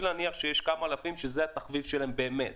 להניח שיש כמה אלפים שזה התחביב שלהם באמת.